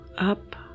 up